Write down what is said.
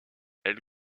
elle